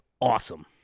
awesome